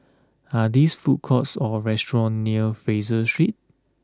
are these food courts or restaurants near Fraser Street